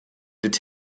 did